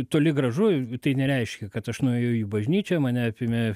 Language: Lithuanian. toli gražu tai nereiškia kad aš nuėjau į bažnyčią mane apėmė